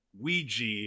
Ouija